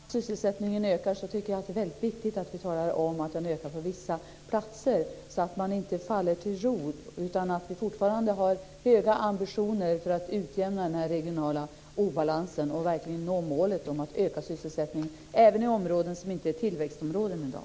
Fru talman! När vi talar om att sysselsättningen ökar tycker jag att det är väldigt viktigt att vi talar om att den ökar på vissa platser, så att vi inte faller till ro utan fortsätter att ha höga ambitioner för att utjämna den regionala obalansen och verkligen når målet att öka sysselsättningen även i områden som inte är tillväxtområden i dag.